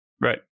right